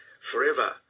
forever